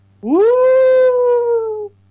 Woo